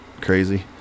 crazy